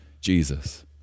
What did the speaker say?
Jesus